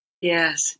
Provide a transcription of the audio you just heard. Yes